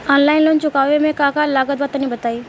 Online loan चुकावे म का का लागत बा तनि बताई?